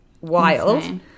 wild